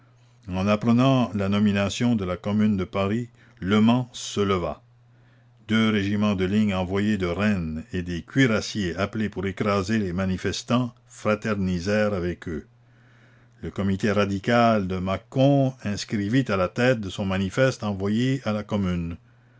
en apprenant la nomination de la commune de paris le mans se leva deux régiments de ligne envoyés de rennes et des cuirassiers appelés pour écraser les manifestants fraternisèrent avec eux le comité radical de mâcon inscrivit à la tête de son manifeste envoyé à la commune